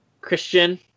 Christian